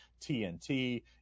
TNT